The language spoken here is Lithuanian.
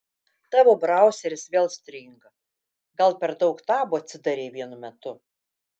tavo brauseris vėl stringa gal per daug tabų atsidarei vienu metu